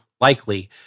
likely